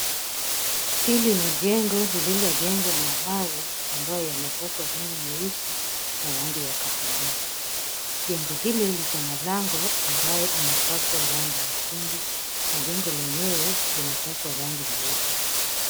Hili ni jengo lililojengwa na mawe ambayo yamepakwa rangi nyeusi na rangi ya kahawia. Jengo hili liko na lango ambalo limepakwa rangi nyekundu na jengo lenyewe limepakwa rangi nyeupe.